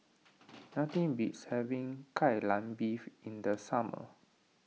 nothing beats having Kai Lan Beef in the summer